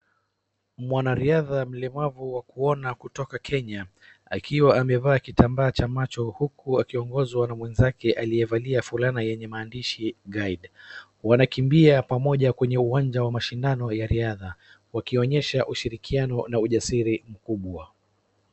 Mwanariadha mlemavu wakuona kutoka Kenya akiwa amevaa kitambaa cha macho huku akiongozwa na mwenzake aliyevalia fulana yenye maandishi Guide .Wanakimbia pamoja kwenye uwanja wa mashindano ya riadha wakionyesha ushirikiano na ujasili mkubwa.